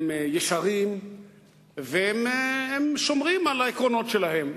הם ישרים והם שומרים על העקרונות שלהם,